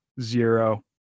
zero